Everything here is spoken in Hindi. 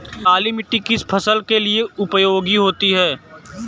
काली मिट्टी किस फसल के लिए उपयोगी होती है?